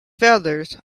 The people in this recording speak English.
feathers